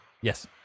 Yes